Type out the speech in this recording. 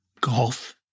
golf